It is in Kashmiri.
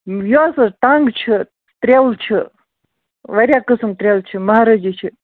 یۄہس حظ ٹَنگ چھِ تریلہٕ چھِ واریاہ قٕسم تریلہِ چھِ محرٲجی چھِ